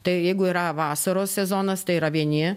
tai jeigu yra vasaros sezonas tai yra vieni